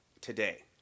today